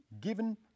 given